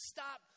Stop